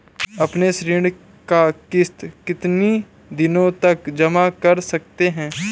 अपनी ऋण का किश्त कितनी दिनों तक जमा कर सकते हैं?